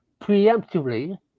preemptively